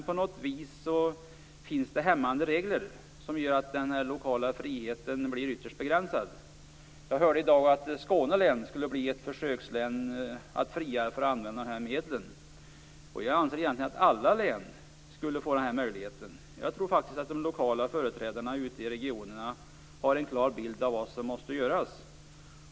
På något vis finns det hämmande regler som gör att den lokala friheten blir ytterst begränsad. Jag hörde i dag att Skåne län skulle bli ett försökslän som friare skulle få använda medlen. Jag anser egentligen att alla län skulle få den möjligheten. Jag tror att de lokala företrädarna ute i regionerna har en klar bild av vad som måste göras.